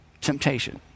temptation